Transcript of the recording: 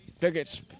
tickets